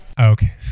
okay